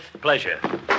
pleasure